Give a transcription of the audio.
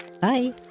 Bye